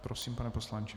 Prosím, pane poslanče.